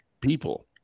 people